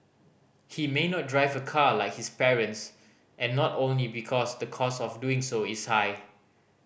he may not drive a car like his parents and not only because the cost of doing so is high